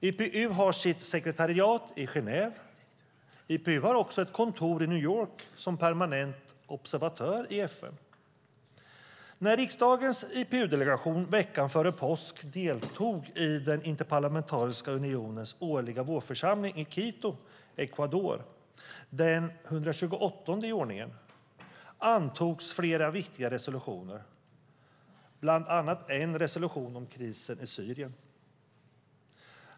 IPU har sitt sekretariat i Genève. IPU har också ett kontor i New York, som permanent observatör i FN. När riksdagens IPU-delegation veckan före påsk deltog i den Interparlamentariska unionens årliga vårförsamling i Quito, Ecuador - den 128:e i ordningen - antogs flera viktiga resolutioner, bland annat en resolution om krisen i Syrien.